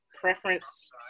preference